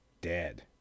dead